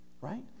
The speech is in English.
right